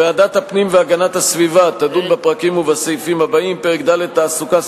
ועדת הפנים והגנת הסביבה תדון בפרקים ובסעיפים הבאים: פרק ד' תעסוקה,